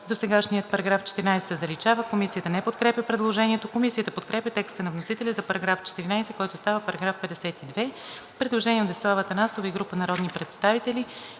„Досегашният § 14 се заличава.“ Комисията не подкрепя предложението. Комисията подкрепя текста на вносителя за § 14, който става § 52. Предложение от Десислава Атанасова и група народни представители.